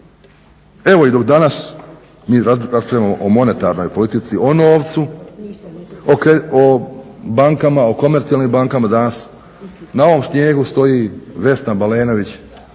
Evo i dok danas mi raspravljamo o monetarnoj politici o novcu, o bankama, o komercijalnim bankama danas na ovom snijegu stoji Vesna Balenović